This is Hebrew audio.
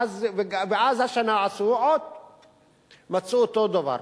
ואז השנה מצאו אותו הדבר.